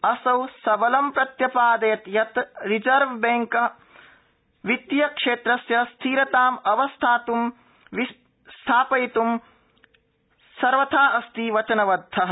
असौ सबलं प्रत्य ादयत यत रिज़र्व बैंकः वित्तीयक्षेत्रस्य स्थिरतां यथावस्थं स्था यित्ं सर्वथा अस्ति वचनबद्धः